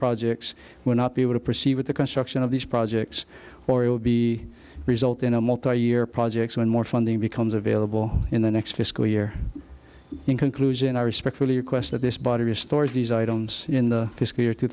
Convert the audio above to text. projects will not be able to proceed with the construction of these projects or will be result in a multi year projects when more funding becomes available in the next fiscal year in conclusion i respectfully request that this body restores these items in the fiscal year two